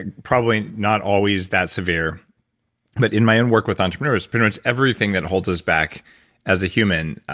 ah probably not always that severe, but in my own work with entrepreneurs, pretty much everything that holds us back as a human.